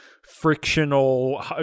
frictional